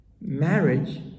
Marriage